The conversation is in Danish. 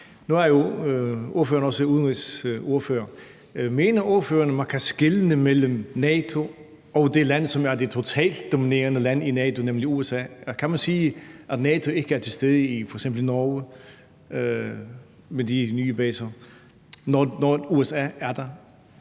Nu er ordføreren jo også udenrigsordfører. Mener ordføreren, at man kan skelne mellem NATO og det land, som er det totalt dominerende land i NATO, nemlig USA? Kan man sige, at NATO ikke er til stede f.eks. i Norge med de nye baser, når USA er der?